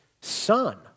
son